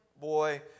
boy